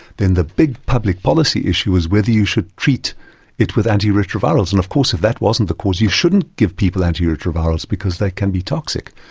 then the big public policy issue was whether you should treat it with antiretrovirals. and of course if that wasn't the cause you shouldn't give people antiretrovirals because they can be toxic.